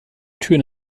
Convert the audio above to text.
tür